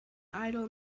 idle